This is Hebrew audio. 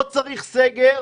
לא צריך סגר.